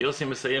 ויוסי מסיים